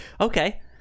Okay